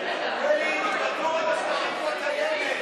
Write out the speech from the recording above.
לצמצום התפשטות נגיף הקורונה החדש (הוראת שעה) התש"ף 2020,